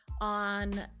on